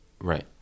Right